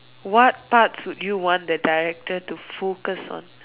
what parts would you want the director to focus on